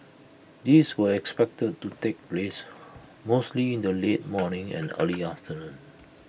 these were expected to take place mostly in the late morning and early afternoon